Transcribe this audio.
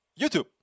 YouTube